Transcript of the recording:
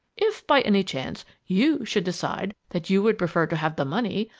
if, by any chance, you should decide that you would prefer to have the money,